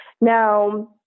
Now